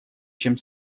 чем